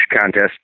contest